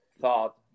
thought